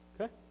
Okay